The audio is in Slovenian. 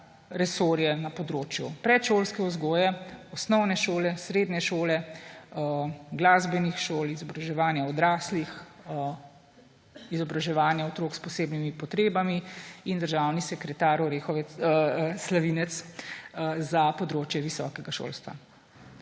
resorje na področju predšolske vzgoje, osnovne šole, srednje šole, glasbenih šol, izobraževanja odraslih, izobraževanja otrok s posebnimi potrebami, in državni sekretar Slavinec za področje visokega šolstva.